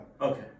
Okay